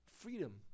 freedom